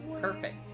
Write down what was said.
perfect